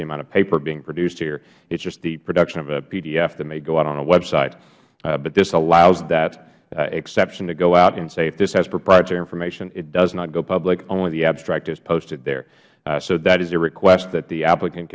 the amount of paper being produced here it is just the production of a pdf that may go out on a website but this allows that exception to go out and say if this has proprietary information it does not go public only the abstract gets posted there so that is a request that the applicant